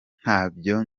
ntabyo